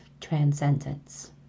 transcendence